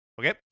okay